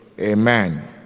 Amen